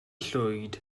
llwyd